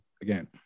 again